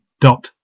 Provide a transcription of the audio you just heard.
dot